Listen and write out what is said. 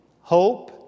Hope